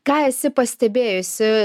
ką esi pastebėjusi